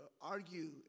argue